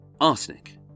Arsenic